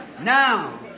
now